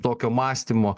tokio mąstymo